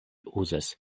uzas